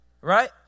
right